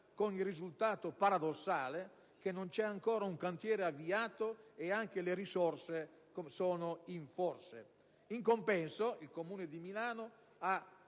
con il risultato paradossale che non c'è ancora un cantiere avviato e che anche le risorse sono in forse. In compenso, il Comune di Milano, ha